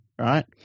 right